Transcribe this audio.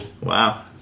Wow